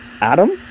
Adam